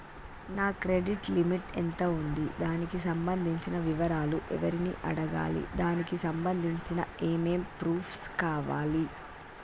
నా credit limit ఎంత ఉంది? దానికి సంబంధించిన వివరాలు ఎవరిని అడగాలి? దానికి సంబంధించిన ఏమేం ప్రూఫ్స్ కావాలి?